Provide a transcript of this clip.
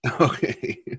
Okay